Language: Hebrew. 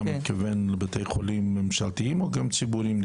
מתכוון לבתי חולים ממשלתיים או גם ציבוריים?